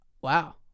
Wow